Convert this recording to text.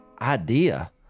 idea